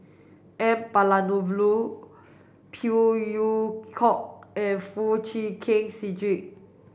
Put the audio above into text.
N Palanivelu Phey Yew Kok and Foo Chee Keng Cedric